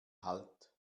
halt